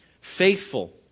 Faithful